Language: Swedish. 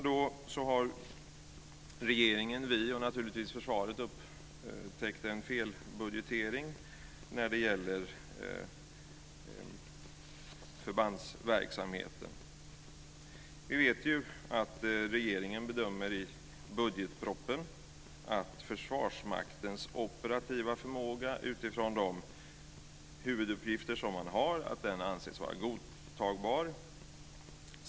Då har regeringen och vi, och naturligtvis försvaret, upptäckt en felbudgetering när det gäller förbandsverksamheten. Vi vet att regeringen i budgetpropositionen bedömer att Försvarsmaktens operativa förmåga utifrån de huvuduppgifter som man har anses vara godtagbar.